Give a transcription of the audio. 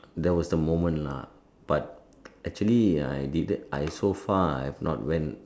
there was the moment lah but actually I didn't I so far have not went